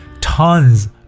Tons